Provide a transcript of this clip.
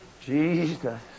Jesus